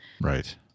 Right